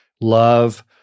love